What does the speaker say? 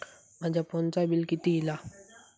माझ्या फोनचा बिल किती इला?